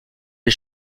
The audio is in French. des